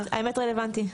האמת רלוונטי.